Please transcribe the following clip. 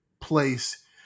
place